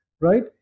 right